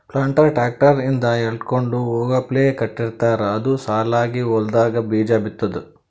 planter tractor ಹಿಂದ್ ಎಳ್ಕೊಂಡ್ ಹೋಗಪ್ಲೆ ಕಟ್ಟಿರ್ತಾರ್ ಅದು ಸಾಲಾಗ್ ಹೊಲ್ದಾಗ್ ಬೀಜಾ ಬಿತ್ತದ್